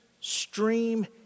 stream